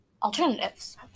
Alternatives